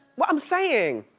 well, i'm saying,